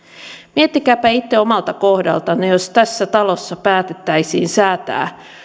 miettikääpä itse omalta kohdaltanne että jos tässä talossa päätettäisiin säätää